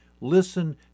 Listen